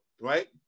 right